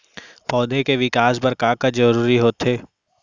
पौधे के विकास बर का का जरूरी होथे?